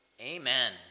Amen